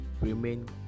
Remain